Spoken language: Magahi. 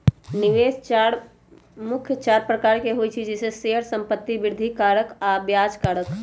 निवेश मुख्य चार प्रकार के होइ छइ जइसे शेयर, संपत्ति, वृद्धि कारक आऽ ब्याज कारक